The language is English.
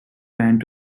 planned